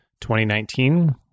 2019